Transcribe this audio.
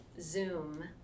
Zoom